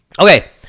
Okay